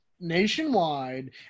nationwide